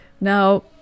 now